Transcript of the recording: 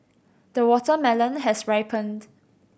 the watermelon has ripened